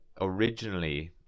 originally